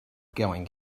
going